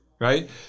right